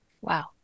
Wow